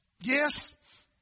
Yes